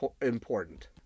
important